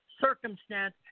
circumstance